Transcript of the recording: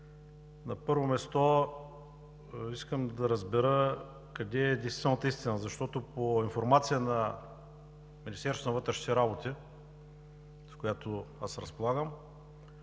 на първо място, искам да разбера къде е действителната истина, защото по информация от Министерството на вътрешните работи, с която разполагам,